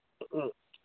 ꯎꯝ